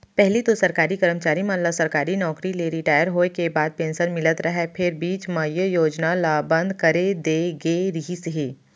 पहिली तो सरकारी करमचारी मन ल सरकारी नउकरी ले रिटायर होय के बाद पेंसन मिलत रहय फेर बीच म ए योजना ल बंद करे दे गे रिहिस हे